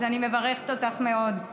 אז אני מברכת אותך מאוד.